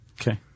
Okay